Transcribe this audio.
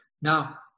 Now